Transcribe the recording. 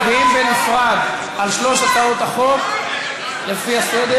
מצביעים בנפרד על שלוש הצעות החוק לפי הסדר.